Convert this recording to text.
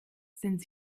sind